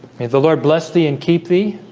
may the lord bless thee and keep thee